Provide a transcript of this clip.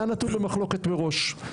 היה נתון למחלוקת מראש.